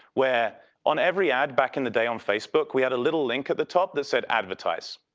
where on every ad back in the day on facebook we had a little link at the top that said advertise.